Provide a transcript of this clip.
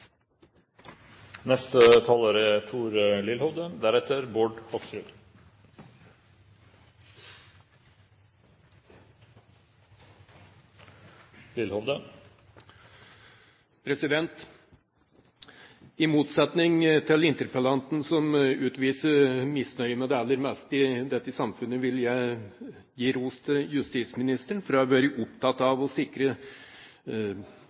I motsetning til interpellanten, som utviser misnøye med det aller meste i dette samfunnet, vil jeg gi ros til justisministeren for å ha vært opptatt